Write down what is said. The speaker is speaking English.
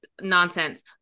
nonsense